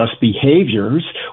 behaviors